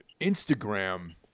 Instagram